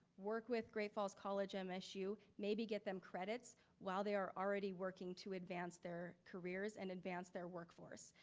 work with great falls college and msu, maybe get them credits while they are already working to advance their careers and advance their workforce.